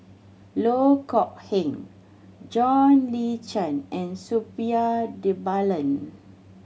Loh Kok Heng John Le Cain and Suppiah Dhanabalan